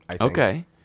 Okay